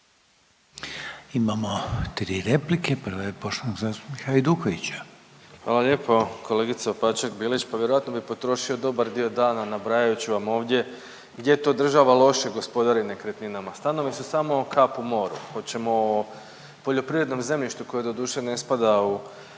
Hajdukovića. **Hajduković, Domagoj (Socijaldemokrati)** Hvala lijepo. Kolegice Opačak Bilić pa vjerojatno bi potrošio dobar dio dana nabrajajući vam ovdje gdje to država loše gospodari nekretninama. Stanovi su samo kap u moru. Hoćemo o poljoprivrednom zemljištu koje doduše ne spada u